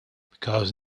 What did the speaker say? because